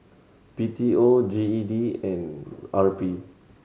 B T O G E D and R P